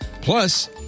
Plus